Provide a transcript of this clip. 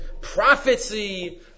prophecy